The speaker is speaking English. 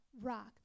rock